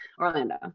Orlando